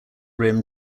rim